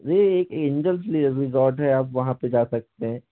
भैया एक एंजेल्स ये रिज़ॉर्ट है आप वहाँ पे जा सकते हैं